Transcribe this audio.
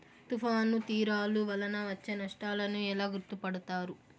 తుఫాను తీరాలు వలన వచ్చే నష్టాలను ఎలా గుర్తుపడతారు?